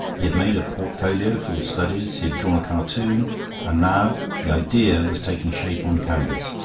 he had made a portfolio full of studies, he had drawn a cartoon and now the idea was taking shape on canvas.